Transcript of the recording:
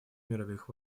мировых